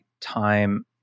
time